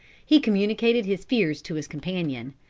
he communicated his fears to his companion.